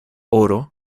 oro